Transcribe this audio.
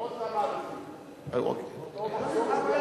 נכון, עם עוד כמה אלופים,